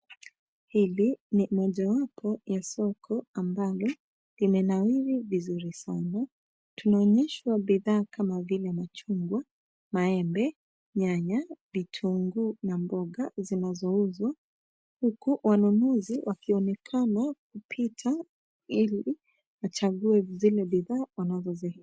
Hili ni mojawapo ya soko ambalo limenawiri vizuri sana. Tunaonyeshwa bidhaa kama vile machungwa, maembe, nyanya, vitunguu na mboga zinazouzwa, huku wanunuzi wakionekana kupita ili wachague zile bidhaa wanazozi...